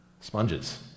sponges